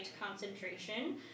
concentration